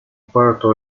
puerto